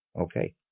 Okay